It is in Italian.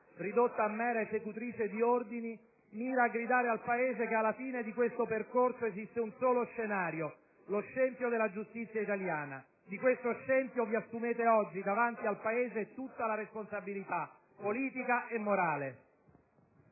ridotta a mera esecutrice di ordini, mira a gridare al Paese che alla fine di questo percorso esiste un solo scenario: lo scempio della giustizia italiana. Di tale scempio vi assumete oggi, davanti al Paese, tutta la responsabilità politica e morale.